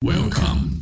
Welcome